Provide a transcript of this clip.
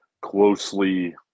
closely